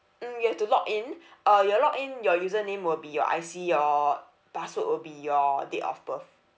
mm you have to login uh your login your username will be your I_C your password will be your date of birth